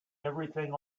everything